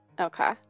Okay